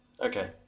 Okay